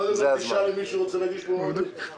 מי בעד מועמדותו של משה גפני?